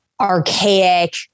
archaic